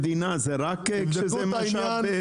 משאב מדינה זה רק כשזה משאב פיזי?